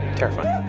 terrifying